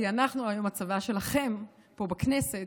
כי היום אנחנו הצבא שלכם פה בכנסת,